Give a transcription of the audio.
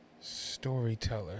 Storyteller